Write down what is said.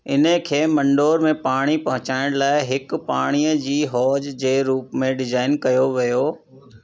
इन खे मंडोर में पाणी पहुचाइण लाइ हिकु पाणीअ जी हौज जे रुप में डिज़ाइन कयो वियो